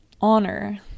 honor